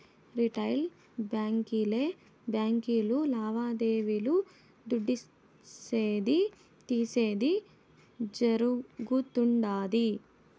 retail బాంకీలే బాంకీలు లావాదేవీలు దుడ్డిసేది, తీసేది జరగుతుండాది